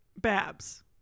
Babs